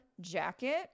jacket